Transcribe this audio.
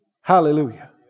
Hallelujah